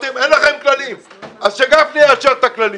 אין לכם כללים, אז שגפני יאשר את הכללים.